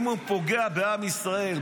אם הוא פוגע בעם ישראל,